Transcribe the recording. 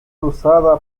usada